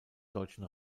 deutschen